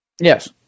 Yes